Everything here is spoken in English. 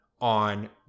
on